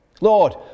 Lord